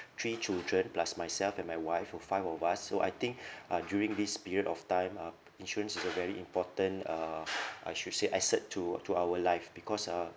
three children plus myself and my wife for five of us so I think uh during this period of time uh insurance is a very important uh I should say asset to to our life because uh